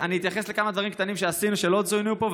אני אתייחס לכמה דברים קטנים שעשינו שלא צוינו פה,